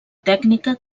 tècnica